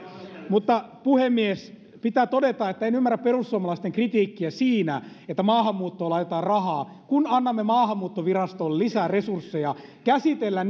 puhemies pitää todeta että en ymmärrä perussuomalaisten kritiikkiä siitä että maahanmuuttoon laitetaan rahaa että annamme maahanmuuttovirastolle lisää resursseja käsitellä